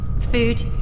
food